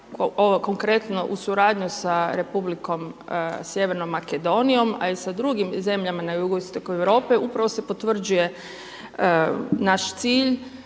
konkretno u suradnju sa Republikom Sjevernom Makedonijom, a i sa drugim zemljama na jugoistoku Europe, upravo se potvrđuje naš cilj,